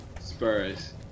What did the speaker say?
Spurs